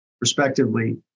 respectively